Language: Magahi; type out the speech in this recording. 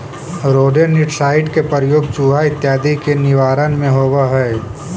रोडेन्टिसाइड के प्रयोग चुहा इत्यादि के निवारण में होवऽ हई